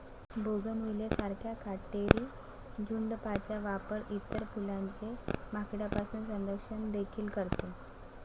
bougainvillea सारख्या काटेरी झुडपांचा वापर इतर फुलांचे माकडांपासून संरक्षण देखील करते